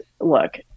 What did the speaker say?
look